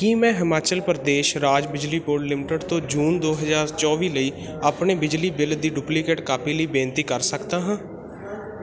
ਕੀ ਮੈਂ ਹਿਮਾਚਲ ਪ੍ਰਦੇਸ਼ ਰਾਜ ਬਿਜਲੀ ਬੋਰਡ ਲਿਮਟਿਡ ਤੋਂ ਜੂਨ ਦੋ ਹਜ਼ਾਰ ਚੌਵੀ ਲਈ ਆਪਣੇ ਬਿਜਲੀ ਬਿੱਲ ਦੀ ਡੁਪਲੀਕੇਟ ਕਾਪੀ ਲਈ ਬੇਨਤੀ ਕਰ ਸਕਦਾ ਹਾਂ